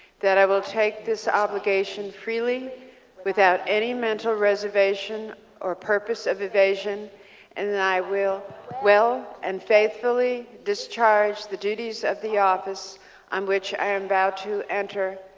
that i will take this obligation freely without any mental reservation or purpose of evasion and that i will well and faithfully discharge the duties of the office um which i envow to enter,